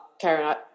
Karen